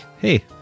hey